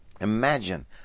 Imagine